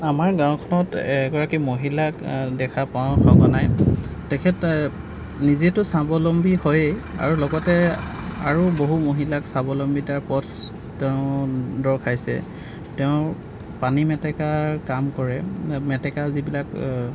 আমাৰ গাঁৱখনত এগৰাকী মহিলাক দেখা পাঁও সঘনাই তেখেত নিজেটো স্বাৱলম্বী হয়েই আৰু লগতে আৰু বহু মহিলাক স্বাৱলম্বীতাৰ পথ তেওঁ দৰ্শাইছে তেওঁ পানী মেটেকাৰ কাম কৰে মেটেকা যিবিলাক